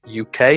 UK